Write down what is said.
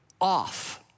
off